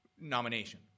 nomination